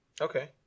Okay